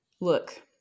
Look